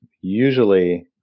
usually